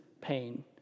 pain